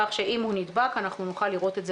כך שאם הוא נדבק אנחנו נוכל לראות את זה